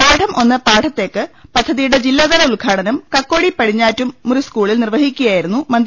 പാഠം ഒന്ന് പാഠ ത്തേക്ക് പദ്ധതിയുടെ ജില്ലാതല ഉദ്ഘാടനം കക്കോടി പടിഞ്ഞാറ്റുംമുറി സ്കൂളിൽ നിർവഹിക്കുകയായിരുന്നു മന്ത്രി